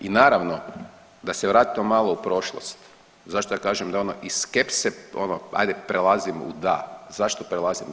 I naravno da se vratimo malo u prošlost, zašto ja kažem da ono iz skepse ono ajde prelazimo u da, zašto prelazimo.